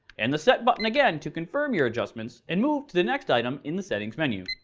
and the set button again to confirm your adjustments and move to the next item in the settings menu.